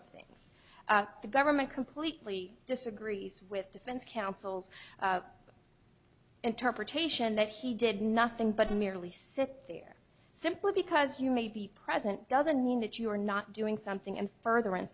of things the government completely disagrees with defense counsel's interpretation that he did nothing but merely sit there simply because you may be president doesn't mean that you are not doing something in furtheran